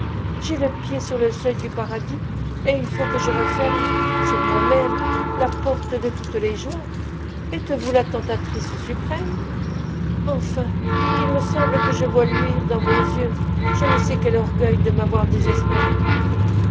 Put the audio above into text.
j'ai le pied sur le seuil du paradis et il faut que je referme sur moi-même la porte de toutes les joies êtes-vous la tentatrice suprême enfin il me semble que je vois luire dans vos yeux je ne sais quel orgueil de m'avoir désespéré